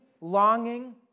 longing